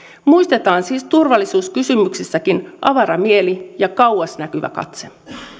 muistetaan siis turvallisuuskysymyksissäkin avara mieli ja kauas näkevä katse